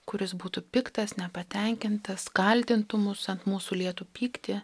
kuris būtų piktas nepatenkintas kaltintų mus ant mūsų lietų pyktį